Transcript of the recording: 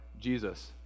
Jesus